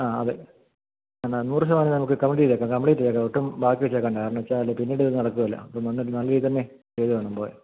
ആ അതെ അഞ്ഞൂറിൻ്റെ വേണം നമുക്ക് കൗണ്ട് ചെയ്തേക്കാം കംപ്ലീറ്റ് ചെയ്തേക്കാം ഒട്ടും ബാക്കി വെച്ചേക്കണ്ട കാരണം വെച്ചാൽ പിന്നീടിത് നടക്കുകേല അപ്പം നല്ല രീതിയിൽ തന്നെ ചെയ്തു വേണം പോകാൻ